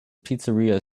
pizzeria